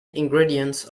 ingredients